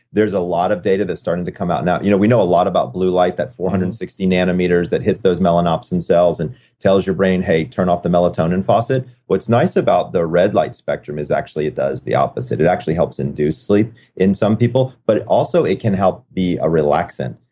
there's a lot of data that's starting to come out now. now. you know, we know a lot about blue light that four hundred and sixty nanometers that hits those melanopsin cells and tells your brain, hey turn off the melatonin faucet. what's nice about the red light spectrum is actually it does the opposite. it actually helps induce sleep in some people, but also, it can help be a relaxant.